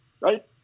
right